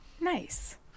Nice